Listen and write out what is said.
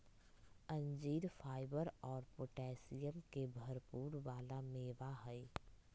अंजीर फाइबर और पोटैशियम के भरपुर वाला मेवा हई